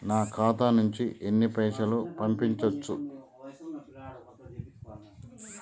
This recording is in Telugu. నా ఖాతా నుంచి ఎన్ని పైసలు పంపించచ్చు?